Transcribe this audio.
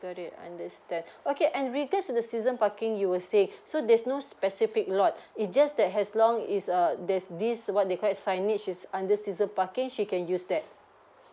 got it understand okay and regard to the season parking you were saying so there's no specific lot it's just that as long is err there's this what they called a signage is under season parking she can use that